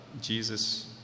Jesus